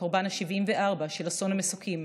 הקורבן ה-74 של אסון המסוקים.